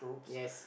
yes